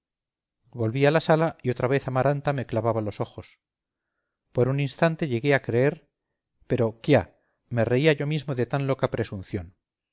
volví a la sala y otra vez amaranta me clavaba los ojos por un instante llegué a creer pero quiá me reía yo mismo de tan loca presunción